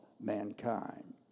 mankind